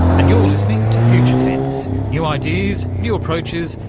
and you're listening to future tense new ideas, new approaches,